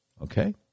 Okay